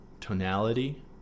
tonality